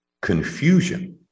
confusion